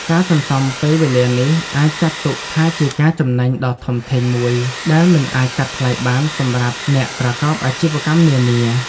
ការសន្សំពេលវេលានេះអាចចាត់ទុកថាជាការចំណេញដ៏ធំធេងមួយដែលមិនអាចកាត់ថ្លៃបានសម្រាប់អ្នកប្រកបអាជីវកម្មនានា។